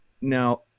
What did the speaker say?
Now